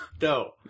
No